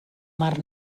mar